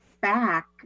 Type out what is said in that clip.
back